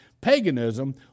paganism